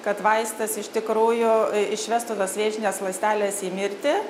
kad vaistas iš tikrųjų išvestų tas vėžines ląsteles į mirtį